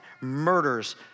murders